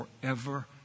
forever